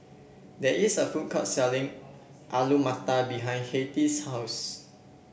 there is a food court selling Alu Matar behind Hattie's house